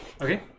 Okay